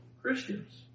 Christians